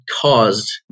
caused